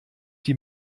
die